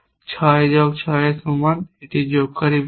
6 যোগ 6 এর সমান যেটি যোগকারী বলছে